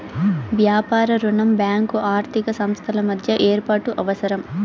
వ్యాపార రుణం బ్యాంకు ఆర్థిక సంస్థల మధ్య ఏర్పాటు అవసరం